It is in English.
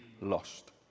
lost